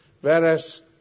Whereas